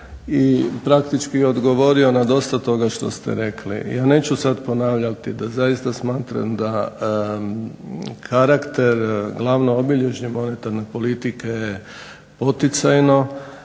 i praktički odgovorio na dosta toga što ste rekli. Ja neću sad ponavljati da zaista smatram da karakter, glavno obilježje monetarne politike je poticajno,